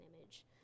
image